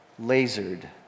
lasered